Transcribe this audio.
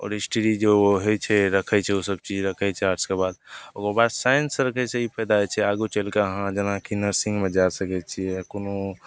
आओर हिस्ट्री जे ओ होइ छै रखै छै ओ सबचीज रखै छै आर्ट्सके बाद ओकरबाद साइन्स रखैसे ई फायदा छै जे आगू चलिके अहाँ जेनाकि नर्सिन्गमे जा सकै छी या कोनो